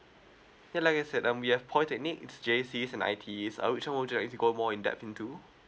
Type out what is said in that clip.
ya like you said um we have polytechnic J_C and I_T_E uh which one would you like to go more in depth into